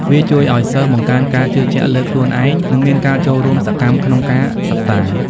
វាជួយឱ្យសិស្សបង្កើនការជឿជាក់ លើខ្លួនឯង និងមានការចូលរួមសកម្មក្នុងការសិក្សា។